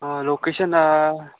हा लोकेशन